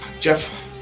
Jeff